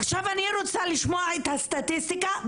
עכשיו אני רוצה לשמוע את הסטטיסטיקה.